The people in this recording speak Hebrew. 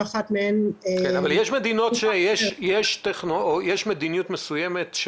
יש מדינות שהחליטו על מדיניות מסוימת,